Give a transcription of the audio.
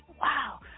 wow